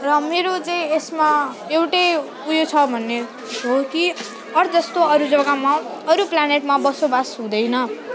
र मेरो चाहिँ यसमा एउटै उयो छ भन्ने थियो कि अर्थ जस्तो अरू जग्गामा अरू प्लानेटमा बसोबास हुँदैन